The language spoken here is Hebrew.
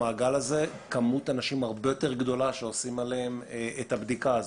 הזה כמות אנשים הרבה יותר גדולה שעושים עליהם את הבדיקה הזאת.